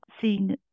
seen